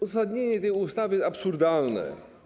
Uzasadnienie tej ustawy jest absurdalne.